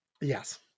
Yes